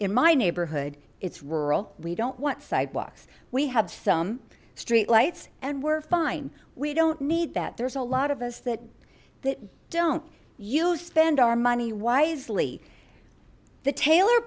in my neighborhood it's rural we don't want sidewalks we have some street lights and we're fine we don't need that there's a lot of us that that don't use spend our money wisely the taylor